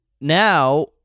now